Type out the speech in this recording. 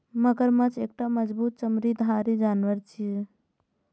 मगरमच्छ एकटा मजबूत चमड़ाधारी जानवर छियै